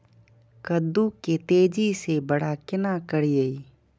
कद्दू के तेजी से बड़ा केना करिए?